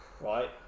right